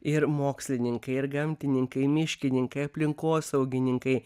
ir mokslininkai ir gamtininkai miškininkai aplinkosaugininkai